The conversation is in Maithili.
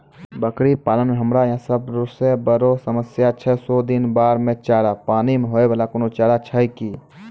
बकरी पालन मे हमरा यहाँ सब से बड़ो समस्या छै सौ दिन बाढ़ मे चारा, पानी मे होय वाला कोनो चारा छै कि?